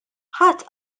ħadd